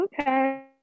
Okay